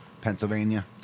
Pennsylvania